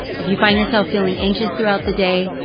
if you find yourself feeling anxious throughout the day,